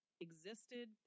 existed